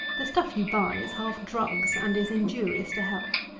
the stuff you buy is half drugs and is injurious to health.